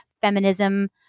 feminism